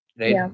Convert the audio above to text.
Right